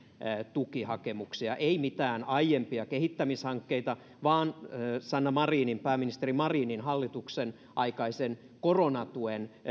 tukihakemuksia eivät mitään aiempia kehittämishankkeita vaan ne ovat pääministeri marinin hallituksen aikaisen koronatuen